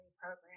program